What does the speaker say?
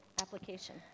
application